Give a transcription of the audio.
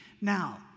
now